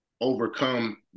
overcome